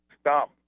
stop